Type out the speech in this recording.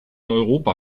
europa